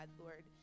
Lord